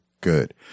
good